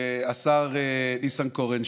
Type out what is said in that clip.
שהשר ניסנקורן,